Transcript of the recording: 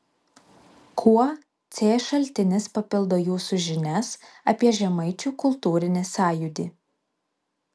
kuo c šaltinis papildo jūsų žinias apie žemaičių kultūrinį sąjūdį